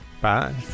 Bye